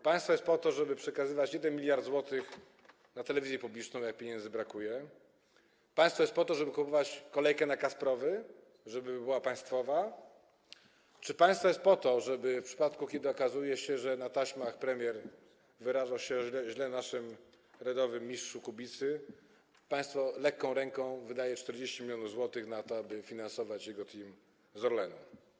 Państwo jest po to, żeby przekazywać 1 mld zł na Telewizję Publiczną, jak brakuje pieniędzy, państwo jest po to, żeby kupować kolejkę na Kasprowy, żeby była państwowa, czy państwo jest po to, żeby w przypadku, kiedy okazuje się, że na taśmach premier wyraża się źle o naszym rodowym mistrzu Kubicy, państwo lekką ręką wydawało 40 mln zł na to, aby finansować jego team przez Orlen?